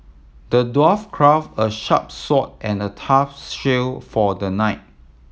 the dwarf crafted a sharp sword and a tough shield for the knight